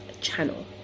channel